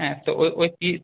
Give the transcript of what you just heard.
হ্যাঁ তো ওই ওই কী